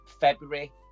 february